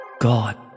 God